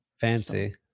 Fancy